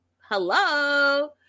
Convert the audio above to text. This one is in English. hello